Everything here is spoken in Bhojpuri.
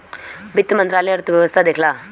वित्त मंत्रालय अर्थव्यवस्था देखला